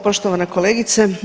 Poštovana kolegice.